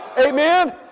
amen